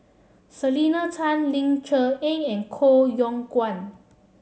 Selena Tan Ling Cher Eng and Koh Yong Guan